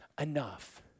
enough